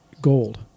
gold